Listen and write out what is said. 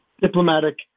diplomatic